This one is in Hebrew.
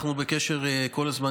אנחנו בקשר ישיר כל הזמן,